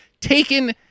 taken